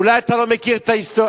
אולי אתה לא מכיר את ההיסטוריה,